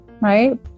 right